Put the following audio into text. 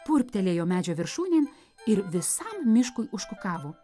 purptelėjo medžio viršūnėn ir visam miškui užkukavo